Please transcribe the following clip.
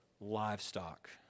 livestock